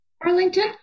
Arlington